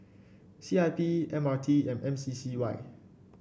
C I P M R T and M C C Y